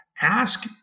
ask